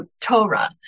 Torah